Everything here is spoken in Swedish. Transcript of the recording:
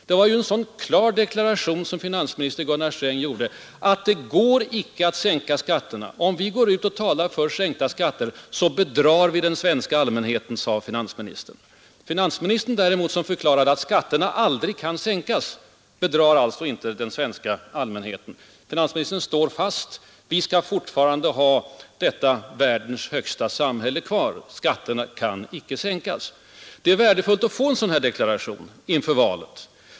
Det var ju en klar deklaration som finansminister Gunnar Sträng gjorde — att det icke går att sänka skatterna. Om ni går ut och talar för sänkta skatter så bedrar ni den svenska allmänheten, sade finansministern. Finansministern däremot, som förklarade att skatterna aldrig kan sänkas, bedrar alltså inte den svenska allmänheten. Finansministern står fast — vi skall ha dessa världens högsta skatter kvar. Det är värdefullt att få en sådan här deklaration inför valet.